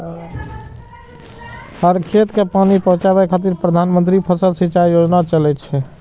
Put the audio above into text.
हर खेत कें पानि पहुंचाबै खातिर प्रधानमंत्री फसल सिंचाइ योजना चलै छै